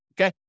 okay